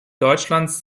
deutschlands